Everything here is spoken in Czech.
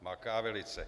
Maká velice.